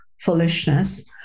foolishness